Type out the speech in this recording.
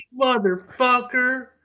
motherfucker